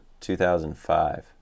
2005